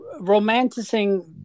romanticizing